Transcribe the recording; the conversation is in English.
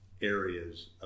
areas